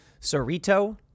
Cerrito